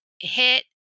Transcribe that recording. hit